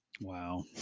Wow